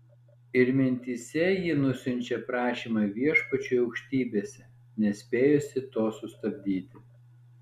ir mintyse ji nusiunčia prašymą viešpačiui aukštybėse nespėjusi to sustabdyti